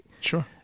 Sure